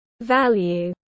value